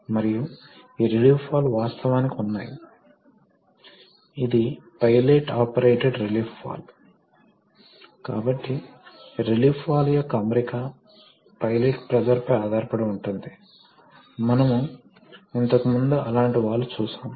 కానీ అత్యంత ప్రాచుర్యం పొందిన హైడ్రాలిక్ ద్రవం పెట్రోలియం ఆయిల్ దీనిని కంప్రెస్ చేయలేము దీనికి సెల్ఫ్ లూబ్రికేటింగ్ ప్రాపర్టీ ఉంది దీనికి ఉన్న ఏకైక సమస్య ఏమిటంటే ఇది అగ్ని ప్రమాదానికి కొంత ప్రమాదకరంగా ఉంటుంది కాబట్టి ఇది ఒక డ్రాబ్యాక్